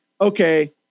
okay